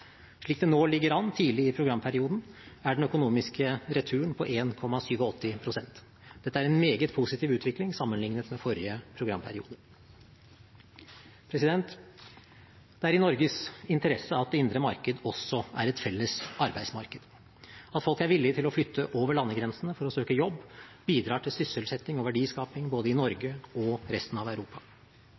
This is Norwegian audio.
Slik det nå ligger an tidlig i programperioden, er den økonomiske returen på 1,87 pst. Dette er en meget positiv utvikling sammenlignet med forrige programperiode. Det er i Norges interesse at det indre marked også er et felles arbeidsmarked. At folk er villige til å flytte over landegrensene for å søke jobb, bidrar til sysselsetting og verdiskaping både i Norge og i resten av Europa.